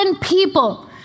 people